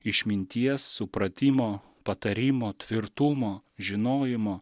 išminties supratimo patarimo tvirtumo žinojimo